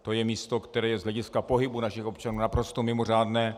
To je místo, které je z hlediska pohybu našich občanů naprosto mimořádné.